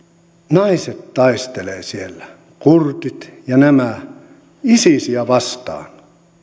naiset taistelevat siellä kurdit ja nämä isisiä vastaan